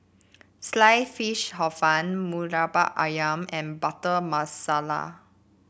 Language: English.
Sliced Fish Hor Fun Murtabak ayam and Butter Masala